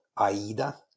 AIDA